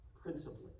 principally